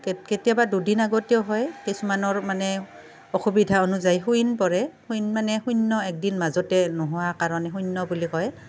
কেতিয়াবা দুদিন আগতেও হয় কিছুমানৰ মানে অসুবিধা অনুযায়ী শূইন পৰে শূইন মানে শূন্য এক দিন মাজতে নোহোৱা কাৰণে শূন্য বুলি কয়